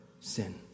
sin